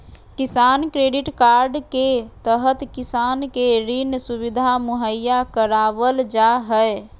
किसान credit card के तहत किसान के ऋण सुविधा मुहैया करावल जा हय